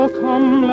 come